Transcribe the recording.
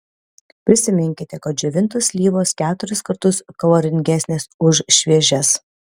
prisiminkite kad džiovintos slyvos keturis kartus kaloringesnės už šviežias